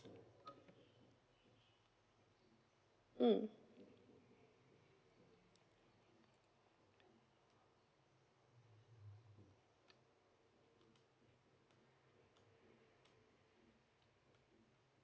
mm